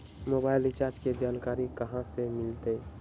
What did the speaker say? Mobile recharge के जानकारी कहा से मिलतै?